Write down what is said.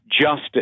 justice